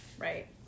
Right